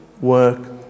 work